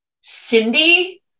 Cindy